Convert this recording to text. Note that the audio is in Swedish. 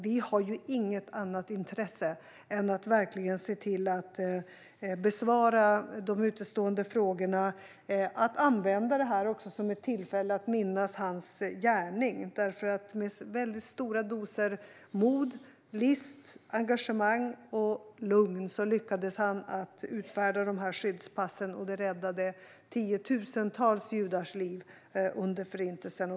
Vi har inget annat intresse än att verkligen se till att besvara de utestående frågorna och att också använda detta som ett tillfälle att minnas Wallenbergs gärning. Med väldigt stora doser mod, list, engagemang och lugn lyckades han utfärda dessa skyddspass som räddade tiotusentals judars liv under Förintelsen.